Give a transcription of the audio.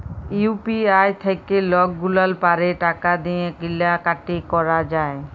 UPI থ্যাইকে লকগুলাল পারে টাকা দিঁয়ে কিলা কাটি ক্যরা যায়